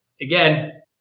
again